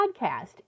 podcast